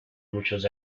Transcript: muchos